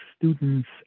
students